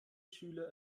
schüler